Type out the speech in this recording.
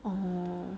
oh